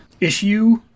issue